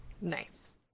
Nice